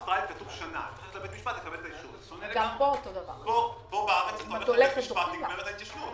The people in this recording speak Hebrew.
אפשר למצוא פתרון שאינו הארכת תקופת ההתיישנות.